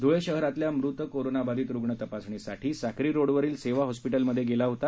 ध्ळे शहरातील मृत कोरोनाबाधित रुग्ण तपासणीसाठी साक्री रोडवरील सेवा हॉस्पिटलमध्ये गेला होता